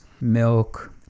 milk